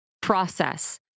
process